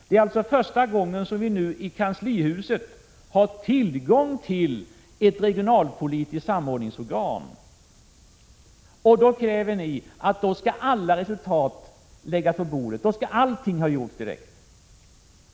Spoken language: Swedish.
Det är alltså första gången som vii kanslihuset har tillgång till ett regionalpolitiskt samordningsorgan. Då kräver ni att alla resultat skall läggas på bordet och att allt skall göras direkt.